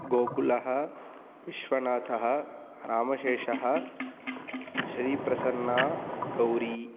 गोकुलः विश्वनाथः रामशेषः श्रीप्रसन्ना गौरी